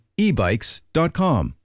ebikes.com